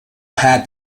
had